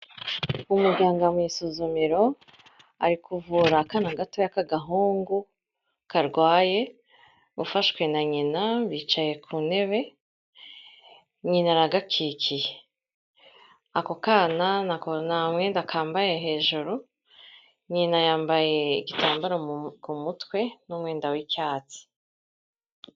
Umuganga mu isuzumiro, ari kuvura akana gato k'agahungu karwaye, ufashwe na nyina, bicaye ku ntebe, nyina aragakikiye, ako kana nta mwenda kambaye hejuru, nyina yambaye igitambaro ku mutwe n'umwenda w'icyatsi.